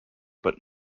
but